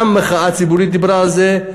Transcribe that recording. גם המחאה הציבורית דיברה על זה,